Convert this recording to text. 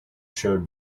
showed